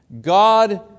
God